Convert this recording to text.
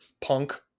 punk